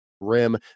rim